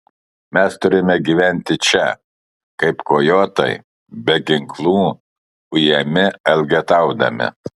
mes turime gyventi čia kaip kojotai be ginklų ujami elgetaudami